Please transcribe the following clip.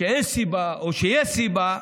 שאין סיבה או שיש סיבה,